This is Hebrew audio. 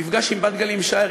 המפגש עם בת-גלים שער,